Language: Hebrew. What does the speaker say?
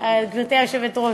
גברתי היושבת-ראש,